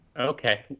Okay